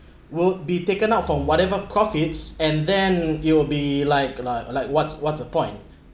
would be taken out from whatever profits and then it will be like like like what's what's the point